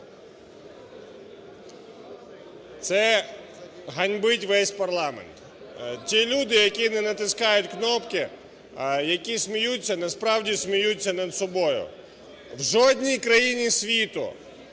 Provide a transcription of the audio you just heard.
Це ганьбить весь парламент. Ті люди, які не натискають кнопки, які сміються, насправді сміються над собою. В жодній країні світу,